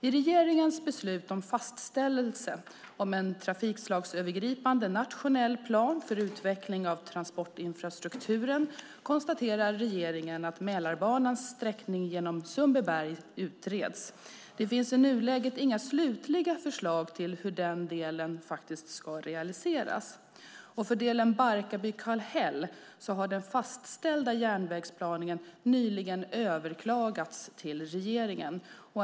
I regeringens beslut om fastställelse av en trafikslagsövergripande nationell plan för utveckling av transportinfrastrukturen konstaterar regeringen att Mälarbanans sträckning genom Sundbyberg utreds. Det finns i nuläget inga slutliga förslag på hur den delen ska realiseras. För delen Barkarby-Kallhäll har den fastställda järnvägsplanen nyligen överklagats till regeringen.